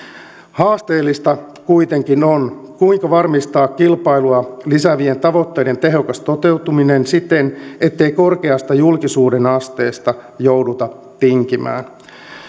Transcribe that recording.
haasteellista kuitenkin on kuinka varmistaa kilpailua lisäävien tavoitteiden tehokas toteutuminen siten ettei korkeasta julkisuuden asteesta jouduta tinkimään